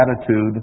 attitude